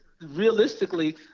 realistically